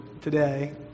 today